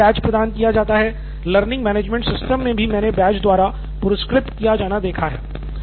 forum में badge प्रदान किया जाता है लर्निंग मैनेजमेंट सिस्टम में भी मैंने बैज द्वारा पुरस्कृत किया जाना देखा है